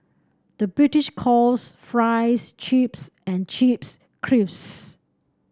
the British calls fries chips and chips